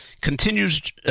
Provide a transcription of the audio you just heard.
Continues